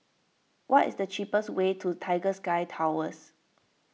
what is the cheapest way to Tiger Sky Towers